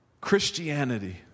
Christianity